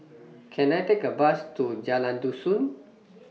Can I Take A Bus to Jalan Dusun